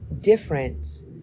difference